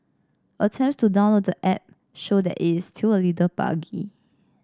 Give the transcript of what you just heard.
attempts to download the app show that it is still a little buggy